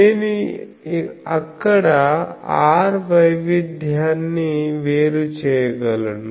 నేను అక్కడ r వైవిధ్యాన్ని వేరు చేయగలను